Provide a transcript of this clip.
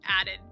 added